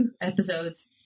episodes